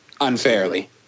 unfairly